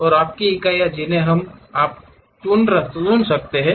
अब इकाइयाँ जिन्हें आप हमेशा चुन सकते हैं